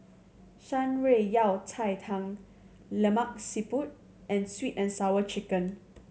Shan Rui Yao Cai Tang Lemak Siput and Sweet And Sour Chicken